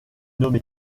nommé